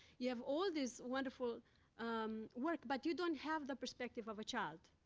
you have all this wonderful work, but you don't have the perspective of a child,